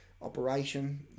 operation